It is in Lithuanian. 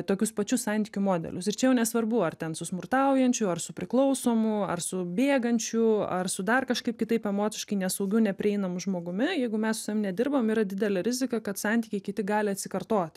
tokius pačius santykių modelius ir čia jau nesvarbu ar ten su smurtaujančiu ar su priklausomu ar su bėgančiu ar su dar kažkaip kitaip emociškai nesaugiu neprieinamu žmogumi jeigu mes su savim nedirbam yra didelė rizika kad santykiai kiti gali atsikartoti